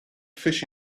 fish